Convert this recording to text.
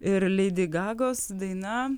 ir leidi gagos daina